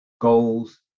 goals